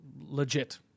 legit